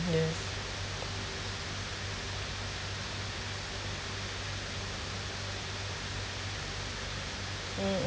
yes mm